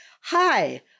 Hi